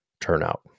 turnout